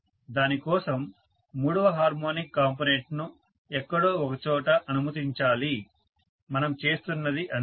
దాని కోసం మూడవ హార్మోనిక్ కరెంట్ను ఎక్కడో ఒక చోట అనుమతించాలి మనం చేస్తున్నది అంతే